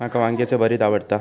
माका वांग्याचे भरीत आवडता